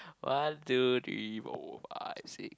one two three four five six